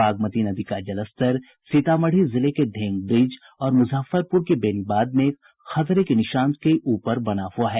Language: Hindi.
बागमती नदी का जलस्तर सीतामढ़ी जिले के ढेंगब्रिज और मुजफ्फरपुर के बेनीबाद में खतरे के निशान के ऊपर बना हुआ है